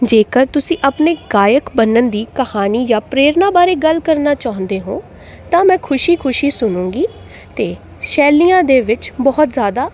ਜੇਕਰ ਤੁਸੀਂ ਆਪਣੇ ਗਾਇਕ ਬਣਨ ਦੀ ਕਹਾਣੀ ਜਾਂ ਪ੍ਰੇਰਨਾ ਬਾਰੇ ਗੱਲ ਕਰਨਾ ਚਾਹੁੰਦੇ ਹੋ ਤਾਂ ਮੈਂ ਖੁਸ਼ੀ ਖੁਸ਼ੀ ਸੁਣੂੰਗੀ ਅਤੇ ਸ਼ੈਲੀਆਂ ਦੇ ਵਿੱਚ ਬਹੁਤ ਜ਼ਿਆਦਾ